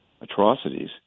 atrocities